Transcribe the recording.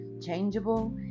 changeable